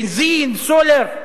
בנזין, סולר.